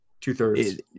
Two-thirds